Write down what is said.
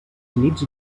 nits